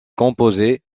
composée